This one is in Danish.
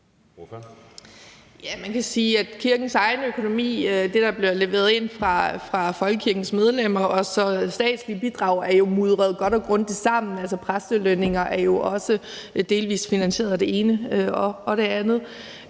Man kan sige, at kirkens egen økonoi, altså det, der bliver leveret ind fra folkekirkens medlemmer og så statslige bidrag, jo er mudret godt og grundigt sammen. Præstelønninger er jo finansieret af det ene og det andet.